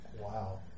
Wow